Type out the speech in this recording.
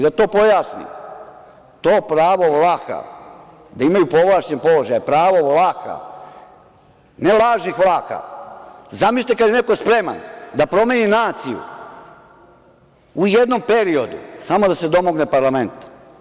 Da to pojasnim, to pravo Vlaha da imaju povlašćen položaj, pravo Vlaha, ne lažnih Vlaha, zamislite kada je neko spreman da promeni naciju u jednom periodu samo da se domogne parlamenta.